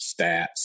stats